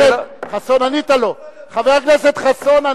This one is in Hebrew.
אתה פשוט נמצא בקצה-בקצה של השמאל ההזוי ביותר.